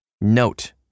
Note